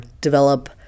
develop